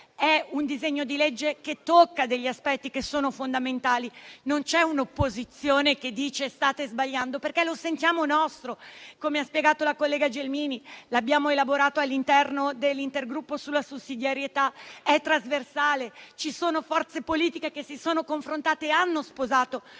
disegno di legge tocca degli aspetti fondamentali. Non c'è un'opposizione che dice state sbagliando, perché lo sentiamo nostro. Come ha spiegato la collega Gelmini, l'abbiamo elaborato all'interno dell'intergruppo sulla sussidiarietà. È trasversale: ci sono forze politiche che si sono confrontate e hanno sposato